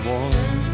one